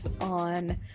on